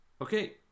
Okay